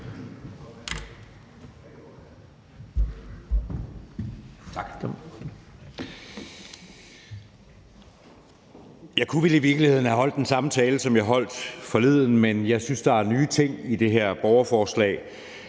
Jeg kunne vel i virkeligheden have holdt den samme tale, som jeg holdt forleden, men jeg synes, at der er nye ting i det her borgerforslag,